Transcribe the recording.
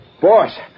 Boss